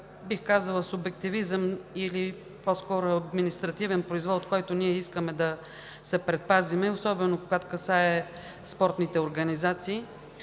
бих казала, субективизъм или по-скоро административен произвол, от който ние искаме да се предпазим, и особено, когато касае спортните организации